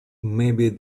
maybe